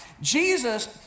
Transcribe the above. Jesus